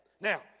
Now